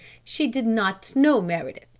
she did not know meredith,